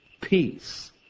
Peace